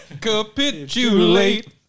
capitulate